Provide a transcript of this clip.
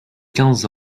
quinze